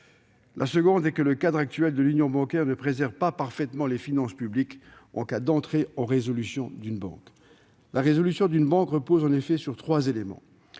D'autre part, le cadre actuel de l'Union bancaire ne préserve pas parfaitement les finances publiques des États en cas d'entrée en résolution d'une banque. La résolution d'une banque repose en effet sur trois éléments